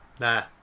Nah